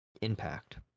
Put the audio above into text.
impact